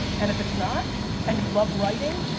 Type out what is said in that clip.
and if it's not and you love writing,